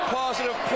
positive